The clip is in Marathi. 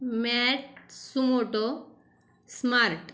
मॅट सुमोटो स्मार्ट